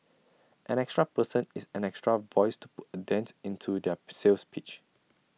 an extra person is an extra voice to put A dent into their per sales pitch